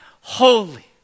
holy